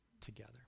together